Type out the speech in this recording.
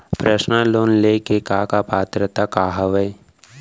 Personal loan ले के का का पात्रता का हवय?